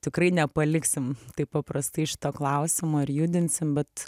tikrai nepaliksim taip paprastai šito klausimo ir judinsim bet